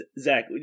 Zach